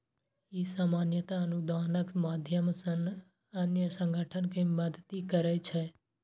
ई सामान्यतः अनुदानक माध्यम सं अन्य संगठन कें मदति करै छै